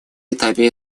этапе